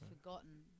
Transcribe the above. forgotten